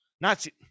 Nazi